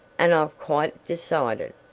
and i've quite decided.